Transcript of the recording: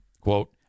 Quote